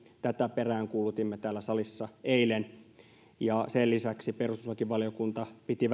tätä peräänkuulutimme täällä salissa eilen sen lisäksi perustuslakivaliokunta piti